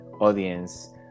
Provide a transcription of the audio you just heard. audience